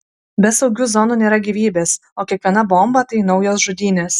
be saugių zonų nėra gyvybės o kiekviena bomba tai naujos žudynės